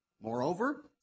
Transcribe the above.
Moreover